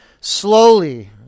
slowly